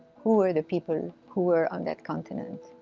who were the people who were on that continent?